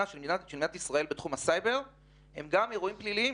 של מדינת ישראל בתחום הסייבר הם גם אירועים פליליים